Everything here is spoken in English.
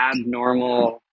abnormal